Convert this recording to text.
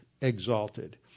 exalted